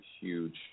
huge